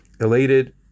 elated